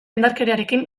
indarkeriarekin